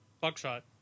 buckshot